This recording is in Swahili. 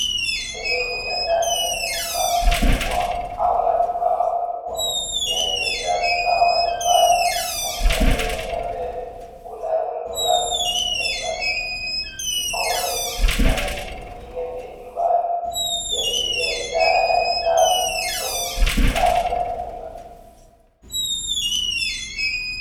Ni sehemu ya ndani ya duka kubwa au maduka makubwa. Yaliyojaa bidhaa mbalimbali. Katika sehemu ya mbele, kuna rundo la viti vya plastiki, vikombe na vitu vingine vya nyumbani. Vikiashiria idhara ya bidhaa zisizo za vyakula.